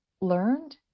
learned